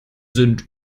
sind